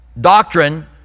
doctrine